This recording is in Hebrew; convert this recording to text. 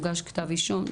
הוגש כתב אישום,